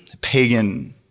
pagan